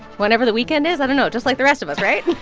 whenever the weekend is. i don't know. just like the rest of us, right?